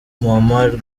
muammar